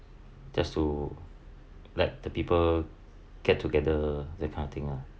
just to let the people get together that kind of thing lah